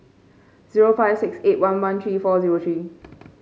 zero five six eight one one three four zero three